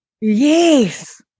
Yes